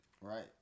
Right